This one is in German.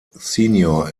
senior